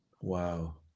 Wow